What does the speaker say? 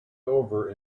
over